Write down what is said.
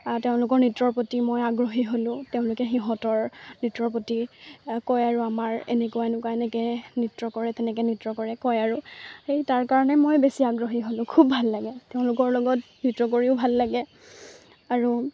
তেওঁলোকৰ নৃত্যৰ প্ৰতি মই আগ্ৰহী হ'লোঁ তেওঁলোকে সিহঁতৰ নৃত্যৰ প্ৰতি কয় আৰু আমাৰ এনেকুৱা এনেকুৱা এনেকৈ নৃত্য কৰে তেনেকৈ নৃত্য কৰে কয় আৰু সেই তাৰ কাৰণে মই বেছি আগ্ৰহী হ'লোঁ খুব ভাল লাগে তেওঁলোকৰ লগত নৃত্য কৰিও ভাল লাগে আৰু